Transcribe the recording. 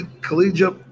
collegiate